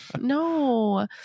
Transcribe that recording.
no